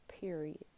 period